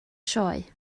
sioe